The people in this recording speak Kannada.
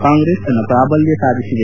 ಕಾಂಗ್ರೆಸ್ ತನ್ನ ಪ್ರಾಬಲ್ಯ ಸಾಧಿಸಿದೆ